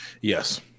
yes